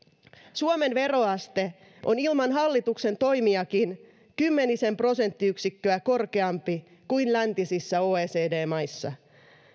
suomen veroaste on ilman hallituksen toimiakin kymmenisen prosenttiyksikköä korkeampi kuin läntisissä oecd maissa